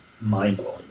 mind-blowing